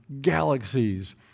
galaxies